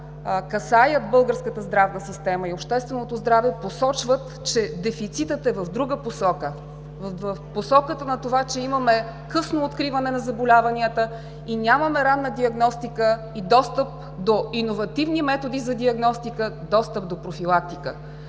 касаят българската здравна система и общественото здраве, посочват, че дефицитът е в друга посока – в посоката на това, че имаме късно откриване на заболяванията и нямаме ранна диагностика и достъп до иновативни методи за диагностика, достъп до профилактика.